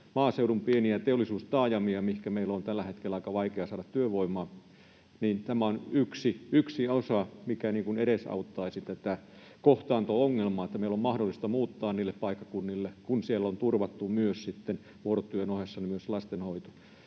maaseudun pieniä teollisuustaajamia, mihinkä meillä on tällä hetkellä aika vaikea saada työvoimaa, niin tämä on yksi osa, mikä edesauttaisi tätä kohtaanto-ongelmaa, niin että meillä on mahdollista muuttaa niille paikkakunnille, kun siellä on turvattu vuorotyön ohessa myös lastenhoito.